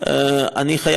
ואמר